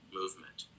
movement